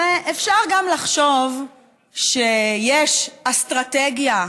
ואפשר גם לחשוב שיש אסטרטגיה,